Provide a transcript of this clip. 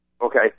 Okay